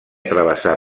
travessar